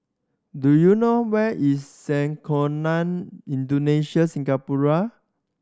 do you know where is Sekolah Indonesia Singapura